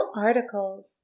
articles